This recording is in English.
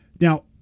Now